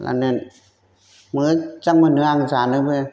माने मोजां मोनो आं जानोबो